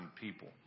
people